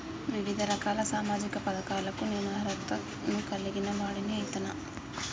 వివిధ రకాల సామాజిక పథకాలకు నేను అర్హత ను కలిగిన వాడిని అయితనా?